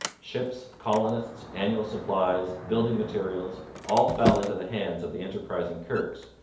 ships, colonists, annual supplies, building materials all fell into the hands of the enterprising kirkes,